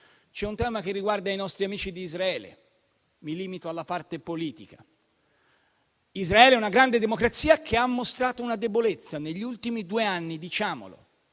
C'è un tema che riguarda i nostri amici di Israele, e mi limito alla parte politica. Israele è una grande democrazia, che ha mostrato una debolezza: negli ultimi due anni - diciamolo